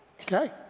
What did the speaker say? Okay